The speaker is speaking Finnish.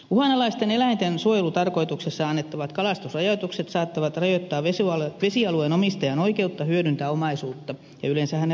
uhanalaisten eläinten suojelutarkoituksessa annettavat kalastusrajoitukset saattavat rajoittaa vesialueen omistajan oikeutta hyödyntää omaisuutta ja yleensähän ne rajoittavatkin